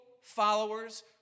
followers